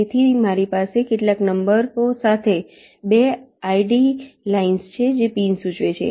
તેથી મારી પાસે કેટલાક નંબરો સાથે 2 આડી લાઇંસ છે જે પિન સૂચવે છે